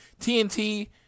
TNT